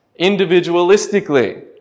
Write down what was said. individualistically